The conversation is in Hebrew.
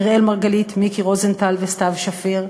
אראל מרגלית, מיקי רוזנטל וסתיו שפיר.